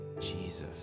Jesus